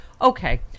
okay